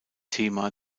thema